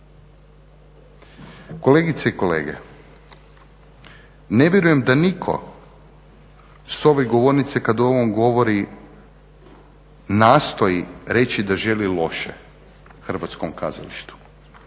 Kolegice i kolege, ne vjerujem da nitko s ove govornice kad o ovom govori nastoji reći da želi loše Hrvatskom kazalištu.